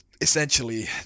essentially